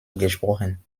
gesprochen